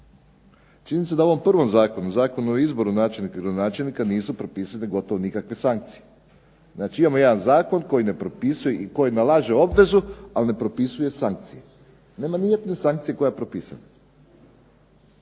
Činjenica da u ovom prvom zakonu, Zakonu o izboru načelnika i gradonačelnika nisu propisani gotovo nikakve sankcije. Znači, imamo jedan zakon koji ne propisuje i koji nalaže obvezu, ali ne propisuje sankcije. Nema ni jedne sankcije koja je propisana.